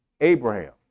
Abraham